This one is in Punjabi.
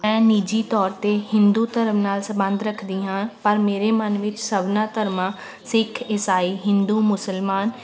ਮੈਂ ਨਿੱਜੀ ਤੌਰ 'ਤੇ ਹਿੰਦੂ ਧਰਮ ਨਾਲ ਸੰਬੰਧ ਰੱਖਦੀ ਹਾਂ ਪਰ ਮੇਰੇ ਮਨ ਵਿੱਚ ਸਭਨਾ ਧਰਮਾਂ ਸਿੱਖ ਇਸਾਈ ਹਿੰਦੂ ਮੁਸਲਮਾਨ